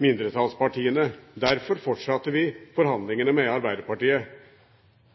mindretallspartiene. Derfor fortsatte vi forhandlingene med Arbeiderpartiet.